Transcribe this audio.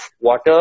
water